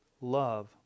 love